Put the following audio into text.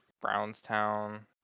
Brownstown